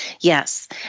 Yes